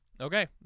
Okay